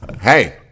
Hey